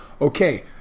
Okay